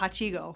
hachigo